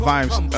Vibes